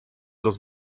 los